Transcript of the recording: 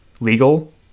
legal